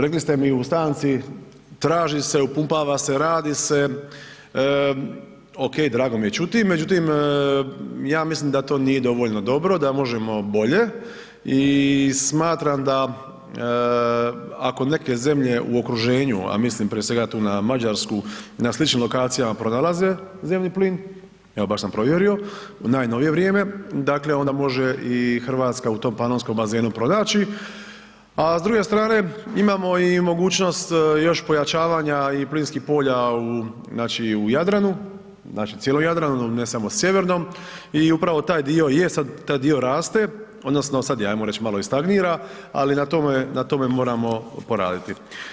Rekli ste mi u stanci, traži se, upumpava se, radi se, ok, drago mi je čuti međutim ja mislim da to nije dovoljno dobro, da možemo bolje i smatram da ako neke zemlje u okruženju, a mislim prije svega tu na Mađarsku i na sličnim lokacijama pronalaze zemni plin, evo baš sam provjerio, u najnovije vrijeme, dakle onda može i Hrvatska u tom panonskom bazenu pronaći a s druge strane imamo i mogućnost još pojačavanja plinskih polja u Jadranu, znači u cijelom Jadranu, ne samo sjevernom i upravo taj dio je sad taj dio raste, odnosno sad je ajmo reć i malo stagnira ali na tome moramo poraditi.